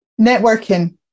networking